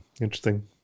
Interesting